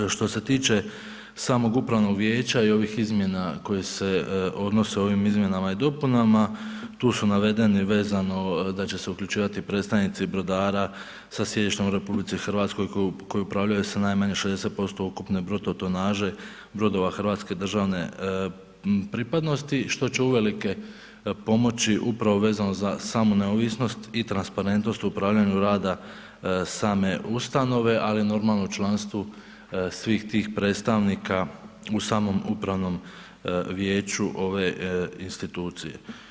Što se tiče samog upravnog vijeća i ovih izmjena koje se odnose u ovim izmjenama i dopunama, tu su navedeni vezano da će se uključivati predstavnici brodara sa sjedištem u RH koji upravljaju sa najmanje 60% ukupne bruto tonaže brodova Hrvatske državne pripadnosti, što će uvelike pomoći upravo vezano za samu neovisnost i transparentnost u upravljanju rada same ustanove, ali normalno i u članstvu svih tih predstavnika u samom upravnom vijeću ove institucije.